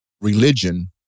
religion